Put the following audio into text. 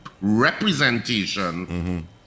representation